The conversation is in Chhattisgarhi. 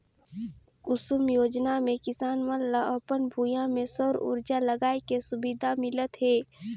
कुसुम योजना मे किसान मन ल अपन भूइयां में सउर उरजा लगाए के सुबिधा मिलत हे